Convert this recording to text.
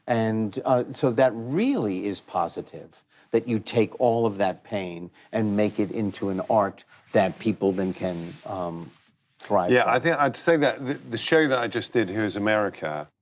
and so that really is positive that you take all of that pain and make it into an art that people then can thrive through. yeah, i think i'd say that the show that i just did, who is america?